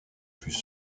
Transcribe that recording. plus